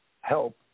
help